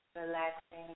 Relaxing